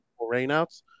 rainouts